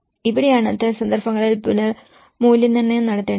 ഇവിടെയാണ് ഇത്തരം സന്ദർഭങ്ങളിൽ പുനർമൂല്യനിർണയം നടത്തേണ്ടത്